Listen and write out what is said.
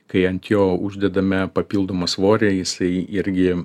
kai ant jo uždedame papildomą svorį jisai irgi